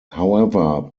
however